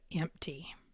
empty